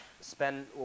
spend